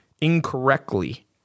incorrectly